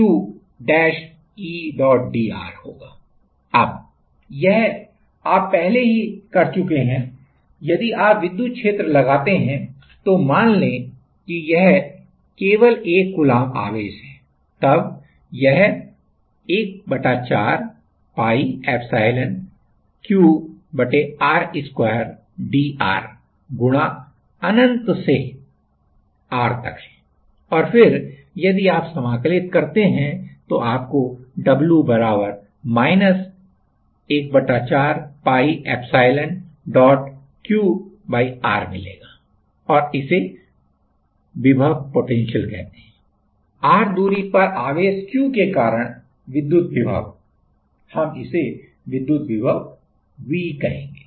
अब यह आप पहले ही कर चुके हैं यदि आप विद्युत क्षेत्र लगाते हैं तो मान लें कि यह केवल 1 कूलम्ब आवेश है तब यह ¼piepsilon Q r2 dr गुणा अनंत से r तक है और फिर यदि आप समाकलित करते हैं तो आपको W piepsilon Q r मिलेगा और इसे विभव कहते हैं r दूरी पर आवेश Q के कारण विद्युत विभव हम इसे विद्युत विभव V कहेंगे